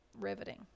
Riveting